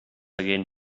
again